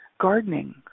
gardening